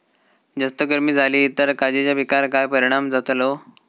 जास्त गर्मी जाली तर काजीच्या पीकार काय परिणाम जतालो?